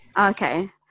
okay